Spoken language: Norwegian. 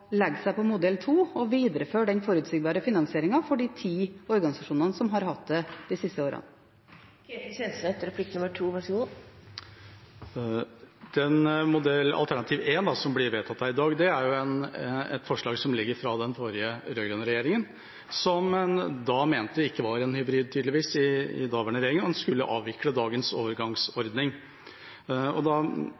legge seg på modell 2 og videreføre den forutsigbare finansieringen for de ti organisasjonene som har hatt den de siste årene. Alternativ 1, som blir vedtatt i dag, er et forslag som stammer fra den rød-grønne regjeringa, og som den daværende regjeringa mente ikke var en hybrid, tydeligvis, og en skulle avvikle dagens